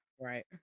right